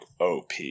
OP